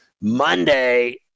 Monday